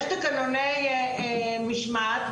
יש תקנוני משמעת.